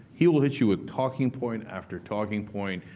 he will hit you with talking point after talking point,